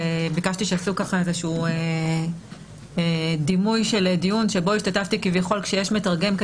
וביקשתי שיעשו דימוי של דיון שבו השתתפתי כביכול כשיש מתרגם,